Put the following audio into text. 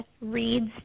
reads